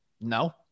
no